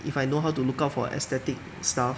if I know how to look out for aesthetic stuff